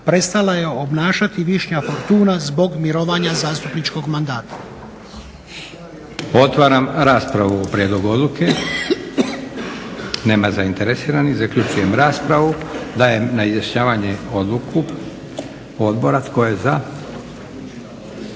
prestala je obnašati Višnja Fortuna zbog mirovanja zastupničkog mandata. **Leko, Josip (SDP)** Otvaram raspravu o prijedlogu odluke. Nema zainteresiranih. Zaključujem raspravu. Dajem na izjašnjavanje odluku odbora. Tko je za?